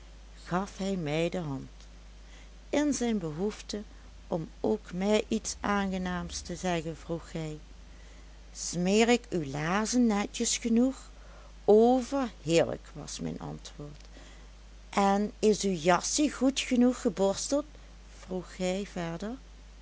gaf hij mij de hand in zijn behoefte om ook mij iets aangenaams te zeggen vroeg hij smeer ik uw laarzen netjes genoeg overheerlijk was mijn antwoord en is uw jassie goed genoeg geborsteld vroeg hij verder